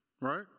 Right